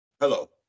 hello